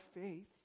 faith